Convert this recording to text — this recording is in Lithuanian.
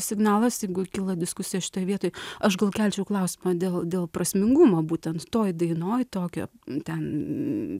signalas jeigu kyla diskusijos šitoj vietoj aš gal kelčiau klausimą dėl dėl prasmingumo būtent toj dainoj tokio ten